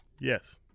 Yes